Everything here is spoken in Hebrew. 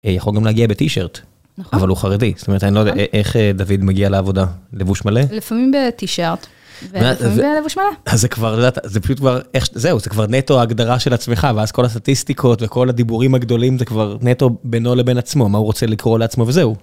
יכול גם להגיע בטישרט, אבל הוא חרדי, זאת אומרת אין לו איך דוד מגיע לעבודה לבוש מלא. לפעמים בטישרט, ולפעמים בלבוש מלא. אז זה כבר, זהו, זה כבר נטו ההגדרה של עצמך, ואז כל הסטטיסטיקות וכל הדיבורים הגדולים זה כבר נטו בינו לבין עצמו, מה הוא רוצה לקרוא לעצמו, וזהו.